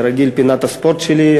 כרגיל, פינת הספורט שלי.